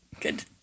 Good